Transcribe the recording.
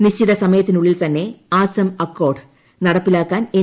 നിശ്ചിത സമയത്തിനു ള്ളിൽ തന്നെ അസം അക്കോർഡ് നട്ടപ്പിലാക്കാൻ എൻ